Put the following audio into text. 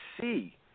see